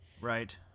Right